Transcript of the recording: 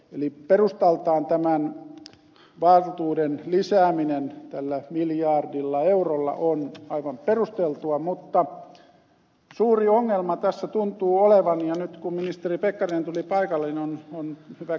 eli perustaltaan tämän valtuuden lisääminen tällä miljardilla eurolla on aivan perusteltua mutta suuri ongelma tässä tuntuu olevan ja nyt kun ministeri pekkarinen tuli paikalle on hyvä kysyäkin